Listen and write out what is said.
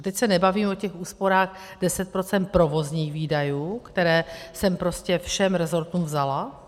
A teď se nebavíme o těch úsporách 10 % provozních výdajů, které jsem prostě všem rezortům vzala.